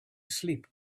sleep